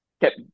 kept